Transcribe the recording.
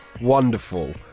wonderful